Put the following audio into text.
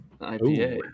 IPA